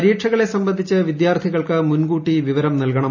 പരീക്ഷകളെ സംബന്ധിച്ച് വിദ്യാർത്ഥികൾക്ക് മുൻകൂട്ടി വിവരം നൽകണം